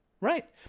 Right